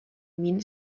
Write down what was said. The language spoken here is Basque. min